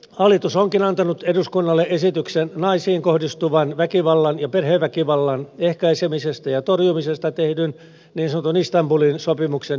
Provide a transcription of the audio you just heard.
hallitus onkin antanut eduskunnalle esityksen naisiin kohdistuvan väkivallan ja perheväkivallan ehkäisemisestä ja torjumisesta tehdyn niin sanotun istanbulin sopimuksen hyväksymisestä